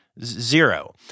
Zero